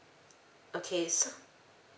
okay so